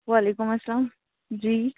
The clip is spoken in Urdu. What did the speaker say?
وعلیکم السّلام جی